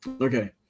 Okay